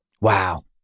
Wow